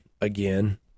again